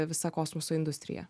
visa kosmoso industrija